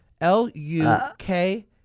L-U-K